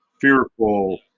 fearful